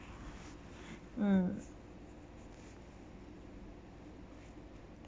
mm